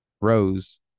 rose